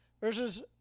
Versus